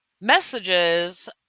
messages